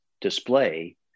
display